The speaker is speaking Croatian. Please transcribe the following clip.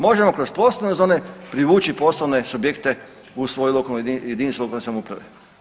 Možemo kroz poslovne zone privući poslovne subjekte u svoju jedinicu lokalne samouprave.